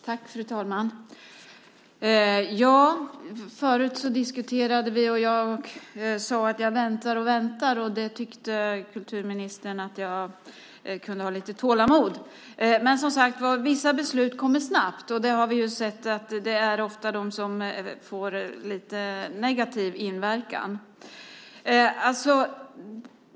Fru talman! Förut diskuterade vi, och jag sade att jag väntar och väntar. Kulturministern tyckte att jag kunde ha lite tålamod. Men, som sagt, vissa beslut kommer snabbt. Vi har sett att det ofta är de som får negativ inverkan.